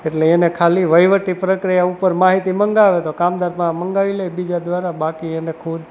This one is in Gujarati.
એટલે એને ખાલી વહીવટી પ્રક્રિયા ઉપર માહિતી મંગાવે તો કામદાર પાસે મંગાવી લે બીજા દ્વારા બાકી એને ખુદ